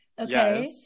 Okay